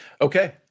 Okay